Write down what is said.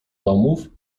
domów